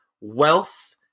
wealth